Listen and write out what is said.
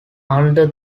under